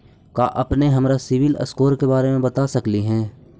का अपने हमरा के सिबिल स्कोर के बारे मे बता सकली हे?